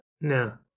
No